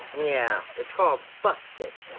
yeah, it's called busted!